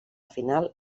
final